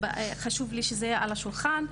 חשוב לי שזה יהיה על השולחן.